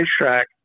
racetrack